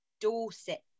Dorset